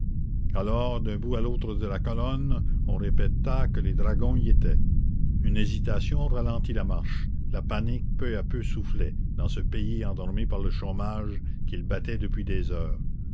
alors d'un bout à l'autre de la colonne on répéta que les dragons y étaient une hésitation ralentit la marche la panique peu à peu soufflait dans ce pays endormi par le chômage qu'ils battaient depuis des heures